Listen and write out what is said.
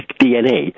DNA